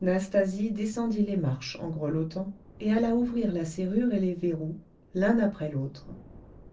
nastasie descendit les marches en grelottant et alla ouvrir la serrure et les verrous l'un après l'autre